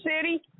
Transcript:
City